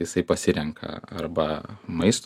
jisai pasirenka arba maisto